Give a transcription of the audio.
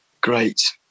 great